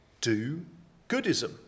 do-goodism